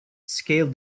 scaled